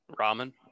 Ramen